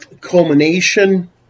culmination